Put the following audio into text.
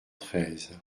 treize